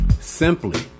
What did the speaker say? Simply